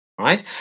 Right